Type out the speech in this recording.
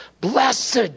Blessed